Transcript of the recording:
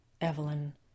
Evelyn